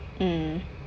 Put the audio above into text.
mm